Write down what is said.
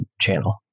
channel